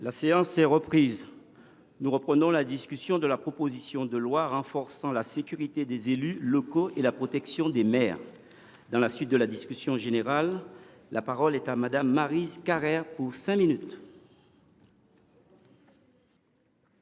La séance est reprise. Nous poursuivons la discussion de la proposition de loi renforçant la sécurité des élus locaux et la protection des maires. Dans la suite de la discussion générale, la parole est à Mme Maryse Carrère. Monsieur